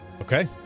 Okay